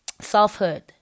Selfhood